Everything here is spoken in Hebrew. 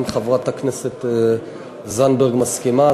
אם חברת הכנסת זנדברג מסכימה,